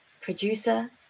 producer